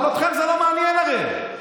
אבל אתכם זה לא מעניין, הרי.